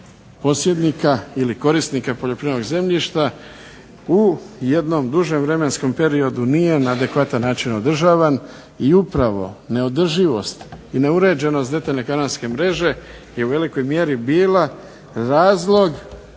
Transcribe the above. posjednika ili korisnika poljoprivrednog zemljišta u jednom dužem vremenskom periodu nije na adekvatan način odražavan i upravo neodrživost i neuređenost detaljne kanalske mreže je u velikoj mjeri bila razlog